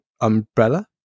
umbrella